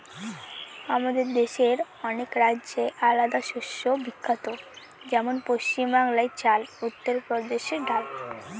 আমাদের দেশের অনেক রাজ্যে আলাদা শস্য বিখ্যাত যেমন পশ্চিম বাংলায় চাল, উত্তর প্রদেশে ডাল